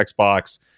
Xbox